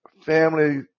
family